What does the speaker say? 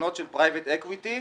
לקרנות של פרייבט אקוויטי.